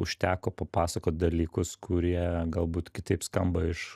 užteko papasakot dalykus kurie galbūt kitaip skamba iš